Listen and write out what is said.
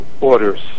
orders